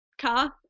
car